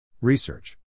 Research